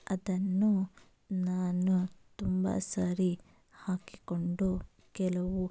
ಅದನ್ನು ನಾನು ತುಂಬ ಸಾರಿ ಹಾಕಿಕೊಂಡು ಕೆಲವು